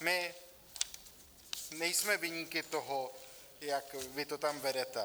My nejsme viníky toho, jak vy to tam vedete.